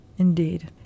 Indeed